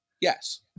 yes